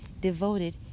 devoted